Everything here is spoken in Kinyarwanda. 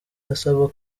asaba